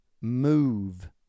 move